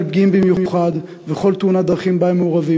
פגיעים במיוחד וכל תאונת דרכים שבה הם מעורבים,